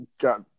got